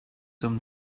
them